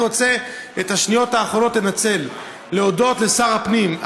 אני רוצה לנצל את השניות האחרונות להודות לשר הפנים,